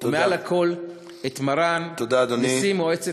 ומעל לכל את מרן נשיא מועצת,